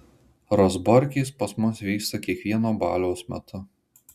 razborkės pas mus vyksta kiekvieno baliaus metu